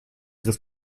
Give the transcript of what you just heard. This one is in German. griff